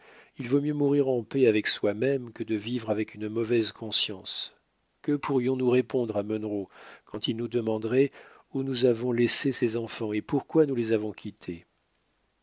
il vaut mieux mourir en paix avec soimême que de vivre avec une mauvaise conscience que pourrions-nous répondre à munro quand il nous demanderait où nous avons laissé ses enfants et pourquoi nous les avons quittés